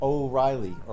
O'Reilly